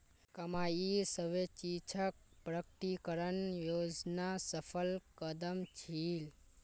कमाईर स्वैच्छिक प्रकटीकरण योजना सफल कदम छील